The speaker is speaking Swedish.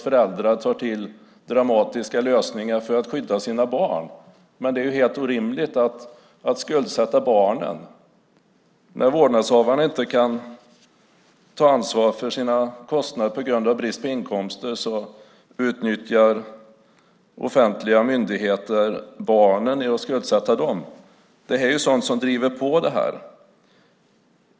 Föräldrar tar till dramatiska lösningar för att skydda sina barn, men det är helt orimligt att skuldsätta barn. När vårdnadshavaren inte kan ta ansvar för sina kostnader på grund av brist på inkomster utnyttjar offentliga myndigheter barnen och skuldsätter dem. Det är sådant som driver på detta.